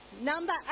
Number